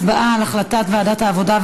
החלטת ועדת העבודה,